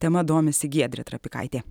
tema domisi giedrė trapikaitė